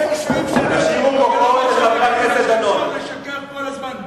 אתם חושבים שאתם יכולים לשקר כל הזמן לכולם.